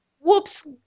whoops